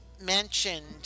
mentioned